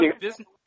business